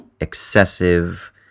excessive